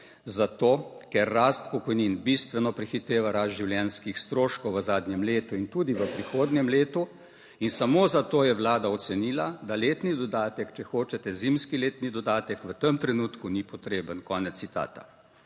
zato ker rast pokojnin bistveno prehiteva rast življenjskih stroškov v zadnjem letu in tudi v prihodnjem letu in samo zato je Vlada ocenila, da letni dodatek, če hočete zimski letni dodatek, v tem trenutku ni potreben. Ja, prav